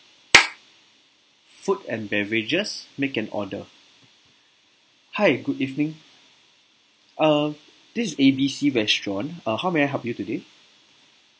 food and beverages make an order hi good evening uh this is A B C restaurant uh how may I help you today